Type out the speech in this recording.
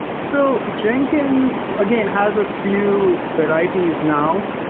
so jenkins again, has a few varieties now.